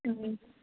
ꯎꯝ